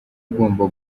ugomba